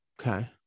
Okay